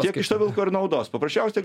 tiek iš to vilko ir naudos paprasčiausia